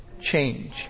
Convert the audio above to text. Change